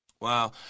Wow